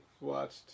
watched